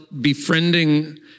befriending